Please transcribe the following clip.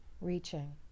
reaching